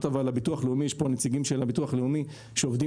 להודות לביטוח הלאומי שנציגיו יושבים כאן שעובדים